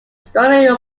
strongly